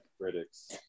critics